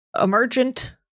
emergent